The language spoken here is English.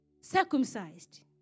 Circumcised